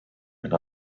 and